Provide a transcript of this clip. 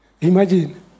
Imagine